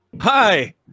hi